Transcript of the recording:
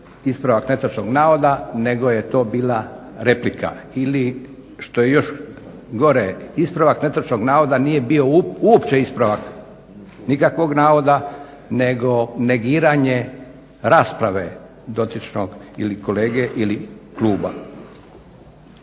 ispravak netočnog navoda nego je to bila replika ili što je još gore ispravak netočnog navoda nije bio uopće ispravak nikakvog navoda, nego negiranje rasprave dotičnog ili kolege ili kluba.